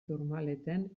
tourmaleten